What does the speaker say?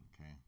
Okay